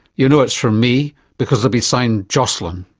you'll know it's from me because it'll be signed jocelyn.